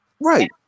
right